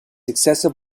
excessive